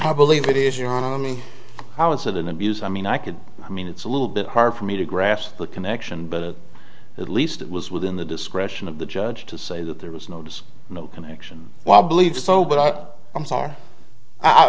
i believe it is your enemy how is that an abuse i mean i can i mean it's a little bit hard for me to grasp the connection but at least it was within the discretion of the judge to say that there was no to no connection while believe so but i'm sorry i